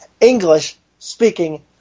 English-speaking